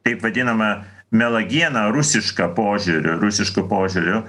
taip vadinamą melagieną rusišką požiūriu rusišku požiūriu